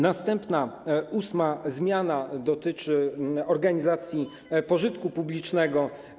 Następna, ósma zmiana dotyczy organizacji pożytku publicznego.